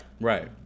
right